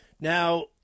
Now